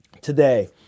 today